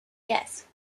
yes